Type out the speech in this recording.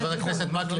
חבר הכנסת מקלב,